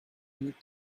need